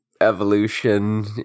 evolution